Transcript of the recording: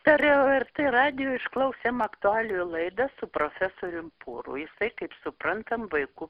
per lrt radijų išklausėm aktualijų laidą su profesorium pūru jisai kaip suprantam vaikų